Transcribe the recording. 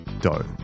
dough